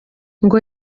ngo